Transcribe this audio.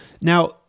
Now